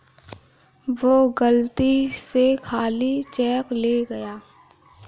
वो गलती से खाली चेक ले गया